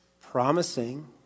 promising